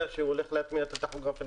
שהוא הולך להטמיע את הטכוגרף הדיגיטלי,